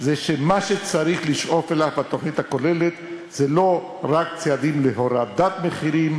שמה שצריך לשאוף אליו בתוכנית הכוללת זה לא רק צעדים להורדת מחירים,